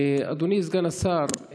אדוני סגן השר,